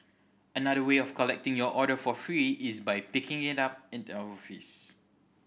another way of collecting your order for free is by picking it up at the office